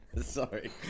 Sorry